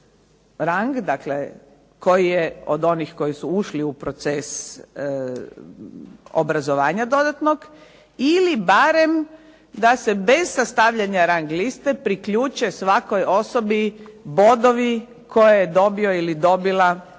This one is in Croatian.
rang, dakle koji je od onih koji su ušli u proces obrazovanja dodatnog, ili barem da se bez sastavljanja rang liste priključe svakoj osobi bodovi koje je dobio ili dobila